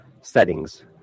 settings